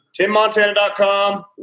TimMontana.com